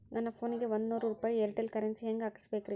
ನನ್ನ ಫೋನಿಗೆ ಒಂದ್ ನೂರು ರೂಪಾಯಿ ಏರ್ಟೆಲ್ ಕರೆನ್ಸಿ ಹೆಂಗ್ ಹಾಕಿಸ್ಬೇಕ್ರಿ?